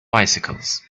bicycles